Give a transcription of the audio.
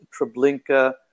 Treblinka